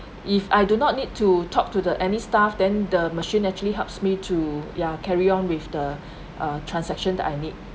if I do not need to talk to the any staff then the machine actually helps me to ya carry on with the uh transaction that I need